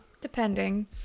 depending